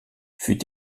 fut